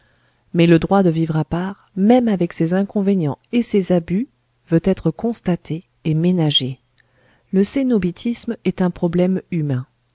mais le droit de vivre à part même avec ses inconvénients et ses abus veut être constaté et ménagé le cénobitisme est un problème humain